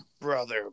brother